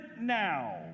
now